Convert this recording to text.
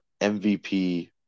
MVP